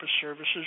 services